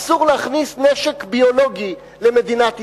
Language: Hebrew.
אסור להכניס נשק ביולוגי למדינת ישראל.